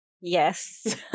Yes